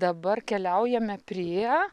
dabar keliaujame prie